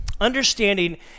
Understanding